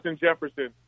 Jefferson